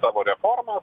savo reformas